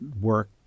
work